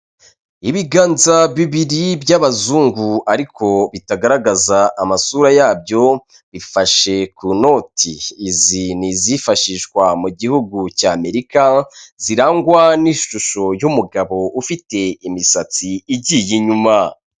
Ibiganza bibiri by'abazungu ariko bitagaragaza amasura yabyo, bifashe ku noti. Izi ni izifashishwa mu gihugu cy'Amerika, zirangwa n'ishusho y'umugabo ufite imisatsi igiye inyuma.